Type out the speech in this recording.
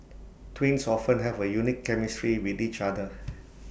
twins often have A unique chemistry with each other